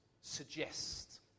suggest